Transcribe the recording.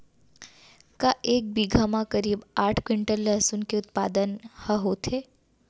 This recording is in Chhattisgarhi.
का एक बीघा म करीब आठ क्विंटल लहसुन के उत्पादन ह होथे?